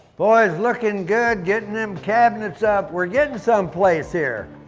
boys, looking good getting them cabinets up. we're getting someplace here.